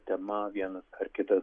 tema vienas ar kitas